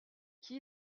qui